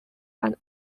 and